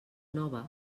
nova